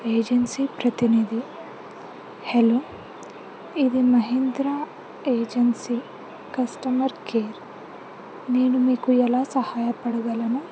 agency ప్రతినిధి hello ఇది Mahindra agency customer care నేను మీకు ఎలా సహాయపడగలను